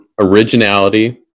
originality